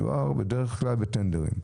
מדובר בדרך כלל בטנדרים.